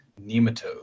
nematode